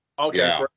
Okay